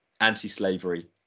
anti-slavery